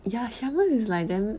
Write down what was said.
ya xia men is like damn